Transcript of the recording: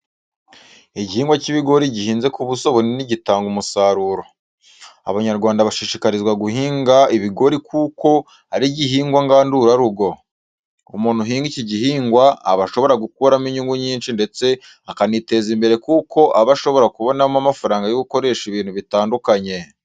Igihingwa cy'ibigori gihinze ku buso bunini gitanga umusaruro. Abanyarwanda bashishikarizwa guhinga ibigori kuko ari igihingwa ngandurarugo. Umuntu uhinga iki gihingwa aba ashobora gukuramo inyungu nyinshi ndetse akaniteza imbere kuko aba ashobora kubonamo amafaranga yo gukoresha ibintu bitandukanye.